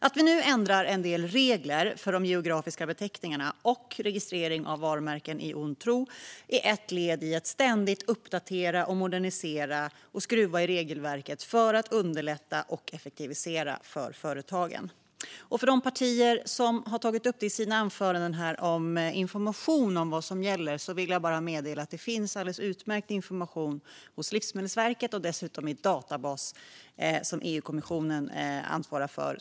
Att vi nu ändrar en del regler för de geografiska beteckningarna och registrering av varumärken i ond tro är ett led i att ständigt uppdatera, modernisera och skruva i regelverket för att underlätta och effektivisera för företagen. Till de partier som i sina anföranden har tagit upp frågan om information om vad som gäller vill jag bara meddela att det finns alldeles utmärkt information hos Livsmedelsverket och dessutom i en databas som EU-kommissionen ansvarar för.